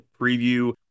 preview